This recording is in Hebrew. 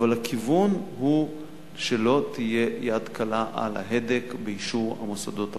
אבל הכיוון הוא שלא תהיה יד קלה על ההדק באישור המוסדות הפרטיים.